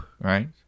right